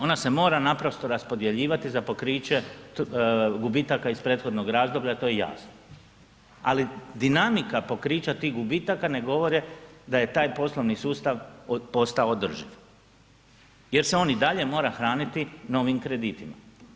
Ona se mora naprosto raspodjeljivati za pokriće gubitaka iz prethodnog razloga to je jasno, ali dinamika pokrića tih gubitaka ne govore da je taj poslovni sustav postao održiv jer se on i dalje mora hraniti novim kreditima.